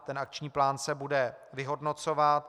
Ten akční plán se bude vyhodnocovat.